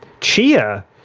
Chia